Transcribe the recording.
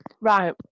Right